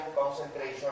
concentration